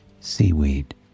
seaweed